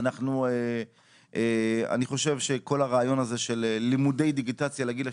אני חושב שכל הרעיון הזה של לימודי דיגיטציה לגיל השלישי,